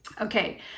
Okay